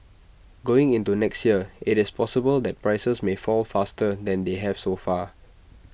going into next year IT is possible that prices may fall faster than they have so far